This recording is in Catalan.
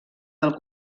del